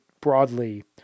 broadly